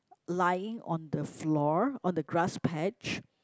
lying on the floor on the grass patch